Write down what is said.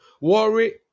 worry